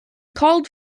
called